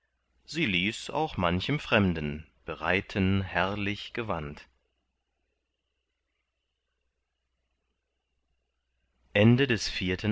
sie ließ auch manchem fremden bereiten herrlich gewand